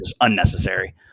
unnecessary